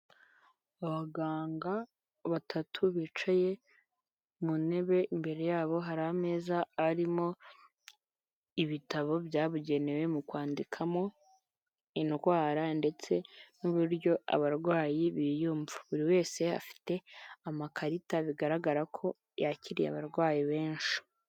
Abaganga batatu bicaye mu ntebe imbere yabo hari ameza arimo ibitabo byabugenewe mu kwandikamo indwara ndetse n'uburyo abarwayi biyumva. Buri wese afite amakarita, bigaragara ko yakiriye abarwayi benshi.